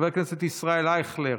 חבר הכנסת ישראל אייכלר,